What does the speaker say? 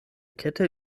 kette